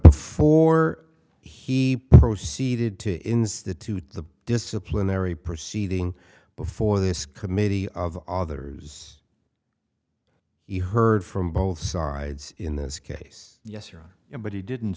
before he proceeded to institute the disciplinary proceeding before this committee of others he heard from both sides in this case yes or no but he didn't